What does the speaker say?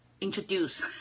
introduce